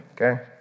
Okay